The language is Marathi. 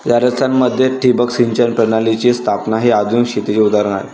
राजस्थान मध्ये ठिबक सिंचन प्रणालीची स्थापना हे आधुनिक शेतीचे उदाहरण आहे